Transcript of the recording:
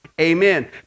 Amen